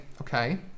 okay